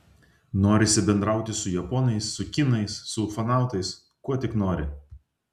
norisi bendrauti su japonais su kinais su ufonautais kuo tik nori